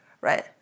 right